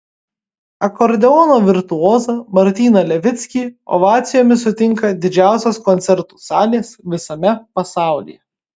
akordeono virtuozą martyną levickį ovacijomis sutinka didžiausios koncertų salės visame pasaulyje